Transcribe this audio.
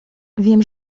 wiem